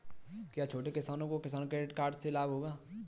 क्या छोटे किसानों को किसान क्रेडिट कार्ड से लाभ होगा?